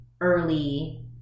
early